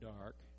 dark